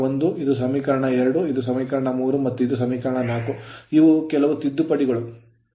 ಇದು ಸಮೀಕರಣ 2 ಇದು ಸಮೀಕರಣ 3 ಮತ್ತು ಇದು ಸಮೀಕರಣ 4 ಇವು ಕೆಲವು ತಿದ್ದುಪಡಿಗಳು